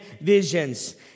visions